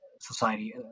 society